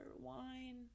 wine